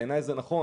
בעיני זה נכון,